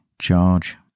charge